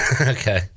Okay